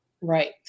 Right